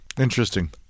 Interesting